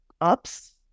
ups